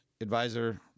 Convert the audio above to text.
advisor